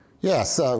Yes